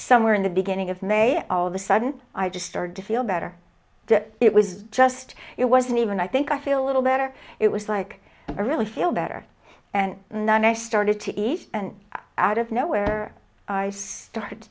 somewhere in the beginning of may all of the sudden i just started to feel better that it was just it wasn't even i think i feel a little better it was like i really feel better and none i started to eat and out of nowhere i started